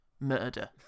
Murder